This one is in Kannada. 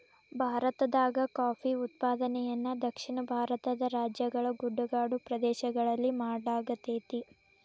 ಭಾರತದಾಗ ಕಾಫಿ ಉತ್ಪಾದನೆಯನ್ನ ದಕ್ಷಿಣ ಭಾರತದ ರಾಜ್ಯಗಳ ಗುಡ್ಡಗಾಡು ಪ್ರದೇಶಗಳಲ್ಲಿ ಮಾಡ್ಲಾಗತೇತಿ